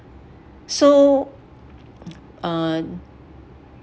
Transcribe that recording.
so uh